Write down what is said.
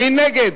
מי נגד?